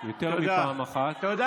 לא נכון, לא נכון.